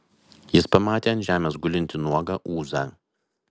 jis pamatė ant žemės gulintį nuogą ūzą